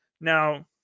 Now